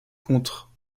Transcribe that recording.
contre